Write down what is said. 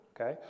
okay